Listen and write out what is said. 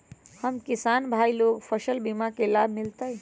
हम किसान भाई लोग फसल बीमा के लाभ मिलतई?